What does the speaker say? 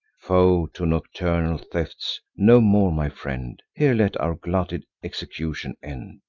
foe to nocturnal thefts. no more, my friend here let our glutted execution end.